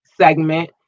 segment